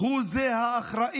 הוא זה שאחראי